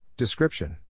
Description